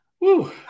Woo